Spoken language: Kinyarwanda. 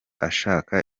ashaka